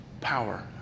power